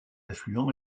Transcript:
affluents